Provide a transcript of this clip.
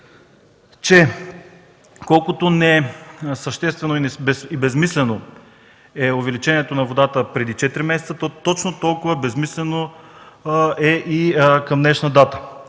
че колкото несъществено и безсмислено е увеличението на водата преди четири месеца, точно толкова безсмислено е и към днешна дата.